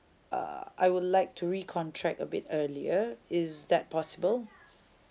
uh I would like to recontract a bit earlier is that possible